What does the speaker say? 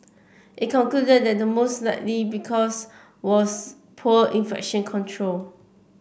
it concluded that the most likely because was poor infection control